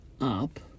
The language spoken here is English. up